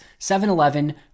7-Eleven